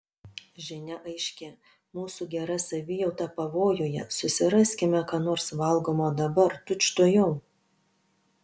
žinia aiški mūsų gera savijauta pavojuje susiraskime ką nors valgomo dabar tučtuojau